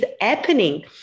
happening